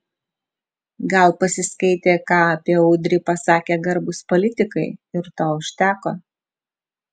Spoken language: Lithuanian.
gal pasiskaitė ką apie udrį pasakė garbūs politikai ir to užteko